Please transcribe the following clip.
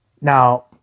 Now